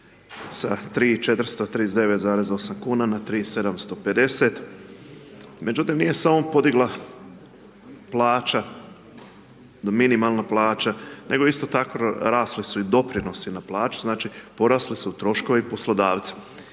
sa 3439,08 na 3750 međutim nije samo podigla plaća, minimalna plaća nego isto tako rasli su i doprinosi na plaću, znači porasli su troškovi poslodavca.